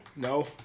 No